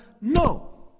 No